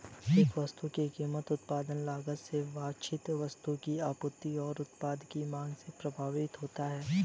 एक वस्तु की कीमत उत्पादन लागत से वांछित वस्तु की आपूर्ति और उत्पाद की मांग से प्रभावित होती है